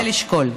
כדאי לשקול.